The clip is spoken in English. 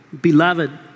beloved